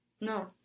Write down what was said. No